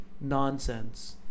nonsense